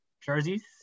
jerseys